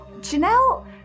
Janelle